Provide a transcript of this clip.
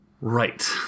Right